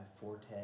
forte